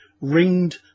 ringed